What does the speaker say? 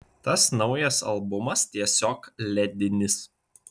tas naujas albumas tiesiog ledinis